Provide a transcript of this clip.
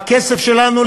הכסף שלנו,